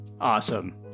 Awesome